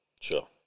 Sure